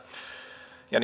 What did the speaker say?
ja